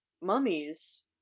mummies